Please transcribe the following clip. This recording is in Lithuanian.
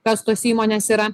kas tos įmonės yra